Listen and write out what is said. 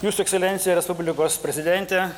jūsų ekscelencija respublikos prezidente